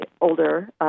older